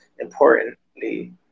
importantly